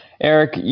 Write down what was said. Eric